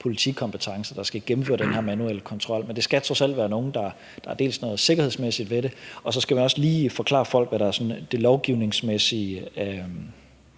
politikompetence, der skal gennemføre den her manuelle kontrol. Men der er noget sikkerhedsmæssigt ved det, og så skal man også lige forklare folk, hvad der sådan er det lovgivningsmæssige